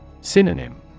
Synonym